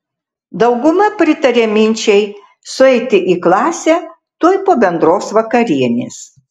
dauguma pritaria minčiai sueiti į klasę tuoj po bendros vakarienės